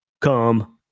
come